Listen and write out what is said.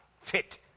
fit